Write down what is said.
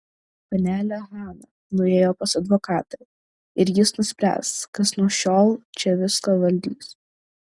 panelė hana nuėjo pas advokatą ir jis nuspręs kas nuo šiol čia viską valdys